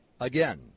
Again